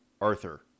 Arthur